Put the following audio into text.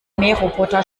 mähroboter